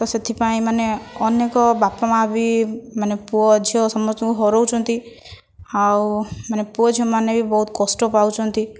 ତ ସେଥିପାଇଁ ମାନେ ଅନେକ ବାପା ମା ବି ମାନେ ପୁଅ ଝିଅ ସମସ୍ତଙ୍କୁ ହରାଉଛନ୍ତି ଆଉ ମାନେ ପୁଅ ଝିଅମାନେ ବି ବହୁତ କଷ୍ଟ ପାଉଛନ୍ତି